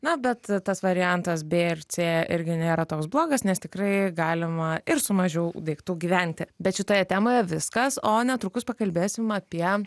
na bet tas variantas b ir c irgi nėra toks blogas nes tikrai galima ir su mažiau daiktų gyventi bet šitoje temoje viskas o netrukus pakalbėsim apie